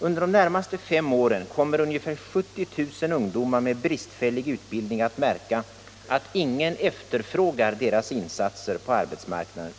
Under de närmaste fem åren kommer ungefär 70 000 ungdomar med bristfällig utbildning att märka, att ingen efterfrågar deras insatser på arbetsmarknaden.